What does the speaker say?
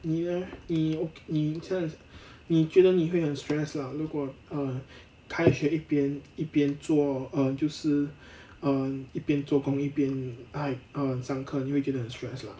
你 leh 你 o~ 你你觉得你会很 stress lah 如果 err 开学一边一边做 um 就是 um 一边做工一边 like err 上课你会觉得很 stress lah